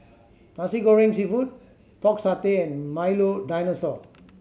Nasi Goreng Seafood Pork Satay and Milo Dinosaur